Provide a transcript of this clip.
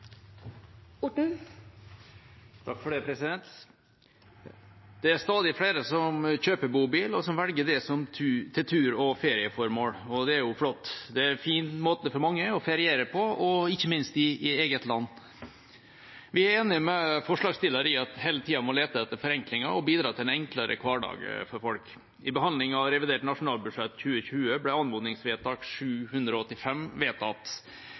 stadig flere som kjøper bobil, og som velger det til tur- og ferieformål, og det er flott. Det er en fin måte for mange å feriere på, ikke minst i eget land. Vi er enige med forslagsstillerne i at man hele tida må lete etter forenklinger og bidra til en enklere hverdag for folk. I behandlingen av revidert nasjonalbudsjett 2020 ble anmodningsforslag 785 vedtatt.